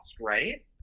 right